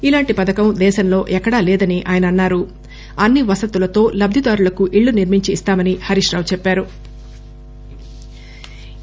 ఇలాంటి పథకం దేశంలో ఎక్కడా లేదని అన్ని వసతులతో లబ్దిదారులకు ఇళ్లు నిర్మించి ఇస్తామని హరీష్ రావు చెప్పారు